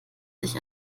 sich